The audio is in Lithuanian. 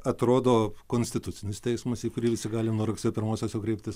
atrodo konstitucinis teismas į kurį visi gali nuo rugsėjo pirmosios jau kreiptis